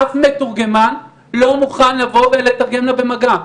אף מתורגמן לא מוכן לבוא ולתרגם לה במגע.